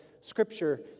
Scripture